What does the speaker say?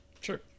Sure